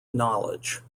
knowledge